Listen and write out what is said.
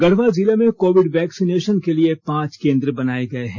गढ़वा जिले में covid vaccination के लिए पांच केंद्र बनाए गये हैं